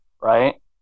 right